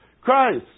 Christ